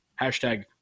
Hashtag